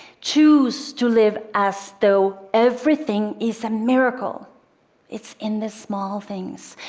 choose to live as though everything is a miracle it's in the small things.